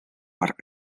quart